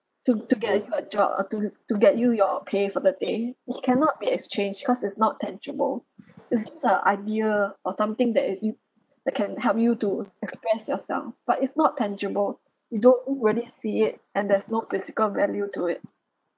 to to get you a job or to to get you your pay for the day it cannot be exchanged because it's not tangible is just a idea or something that is you that can help you to express yourself but it's not tangible you don't really see it and there's no physical value to it